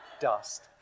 dust